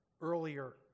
Earlier